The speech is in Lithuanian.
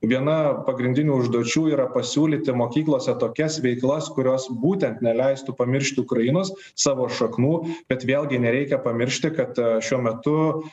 viena pagrindinių užduočių yra pasiūlyti mokyklose tokias veiklas kurios būtent neleistų pamiršti ukrainos savo šaknų bet vėlgi nereikia pamiršti kad šiuo metu